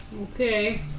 Okay